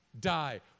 Die